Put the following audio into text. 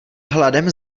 hladem